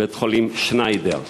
בית-חולים "שניידר".